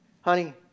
Honey